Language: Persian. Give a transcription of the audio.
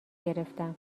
گرفتم